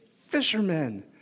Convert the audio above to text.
Fishermen